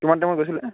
কিমান টাইমত গৈছিলে